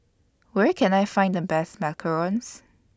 Where Can I Find The Best Macarons